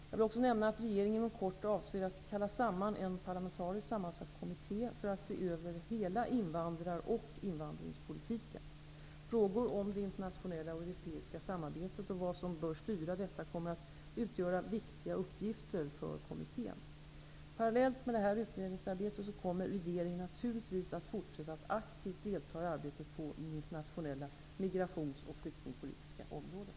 Jag vill också nämna att regeringen inom kort avser att kalla samman en parlamentariskt sammansatt kommitté för att se över hela invandrar och invandringspolitiken. Frågorna om det internationella och europeiska samarbetet och vad som bör styra detta kommer att utgöra viktiga uppgifter för kommittén. Parallellt med detta utredningsarbete kommer regeringen naturligtvis att fortsätta att aktivt delta i arbetet på det internationella migrations och flyktingpolitiska området.